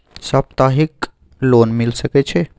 सप्ताहिक लोन मिल सके छै?